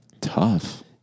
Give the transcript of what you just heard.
tough